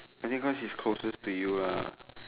I think quite is closest to you ah